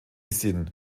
sin